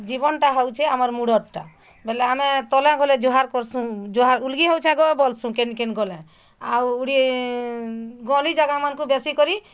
ଜୀବନ୍ ଟା ହଉଛେ ଆମର୍ ମୁଡ଼ର୍ ଟା ବେଲେ ଆମେ ତଲେ ଗଲେ ଜୁହାର୍ କରସୁଁ ଜୁହାର୍ ଉଲ୍ଗି ହଉଛେ ଆଗ ବୋଲସୁଁ କେନ୍ କେନ୍ ଗଲେ ଆଉ ଉଡ଼ି ଗଲି ଜାଗା ମାନ୍ କୁ ବେଶୀକରି